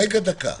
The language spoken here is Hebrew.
חודש וחצי.